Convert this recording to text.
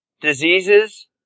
diseases